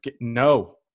No